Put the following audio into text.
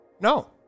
No